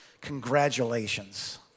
Congratulations